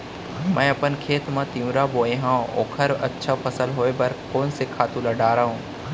मैं अपन खेत मा तिंवरा बोये हव ओखर अच्छा फसल होये बर कोन से खातू ला डारव?